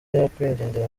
nyakwigendera